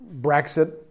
brexit